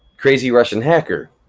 crazyrussianhacker,